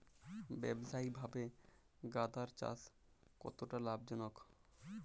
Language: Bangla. ব্যবসায়িকভাবে গাঁদার চাষ কতটা লাভজনক?